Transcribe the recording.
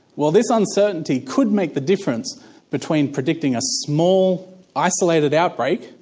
well, this uncertainty could make the difference between predicting a small isolated outbreak,